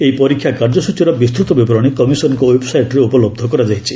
ଏହି ପରୀକ୍ଷା କାର୍ଯ୍ୟସୂଚୀର ବିସ୍ତୃତ ବିବରଣୀ କମିଶନଙ୍କ ଓ୍ୱେବ୍ସାଇଟ୍ରେ ଉପଲବ୍ଧ କରାଯାଇଛି